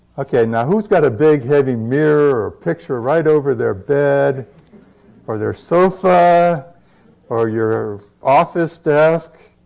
okay, now who's got a big, heavy mirror or picture right over their bed or their sofa or your office desk?